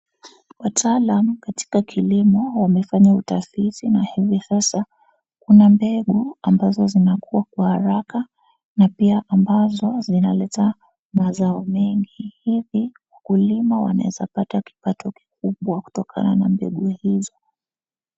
Wataalam katika kilimo wamefanya utafiti na hivi sasa kuna mbegu ambazo zinakua kwa haraka na pia ambazo zinaleta mazao mengi, hivi wakulima wanaeza pata kipato kikubwa kutokana na mbegu hizo.